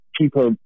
People